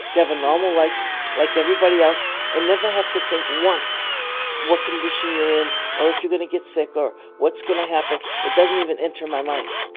to have a normal life like everybody else and never have to think once what condition you're in or if you're going to get sick or what's going to happen? it doesn't even enter my mind